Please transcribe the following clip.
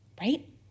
Right